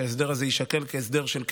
שההסדר הזה יישקל כהסדר של קבע,